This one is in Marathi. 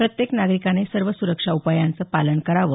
प्रत्येक नागरिकाने सर्व सुरक्षा उपायांचं पालन करावं